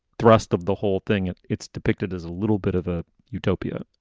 thrust of the whole thing, and it's depicted as a little bit of a utopia.